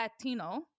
Latino